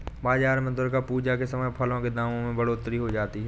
बाजार में दुर्गा पूजा के समय फलों के दामों में बढ़ोतरी हो जाती है